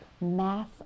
mass